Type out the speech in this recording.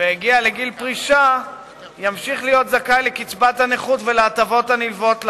והגיע לגיל פרישה ימשיך להיות זכאי לקצבת הנכות ולהטבות הנלוות לה,